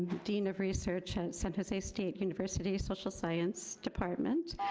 dean of research and at san jose state university social science department.